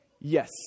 yes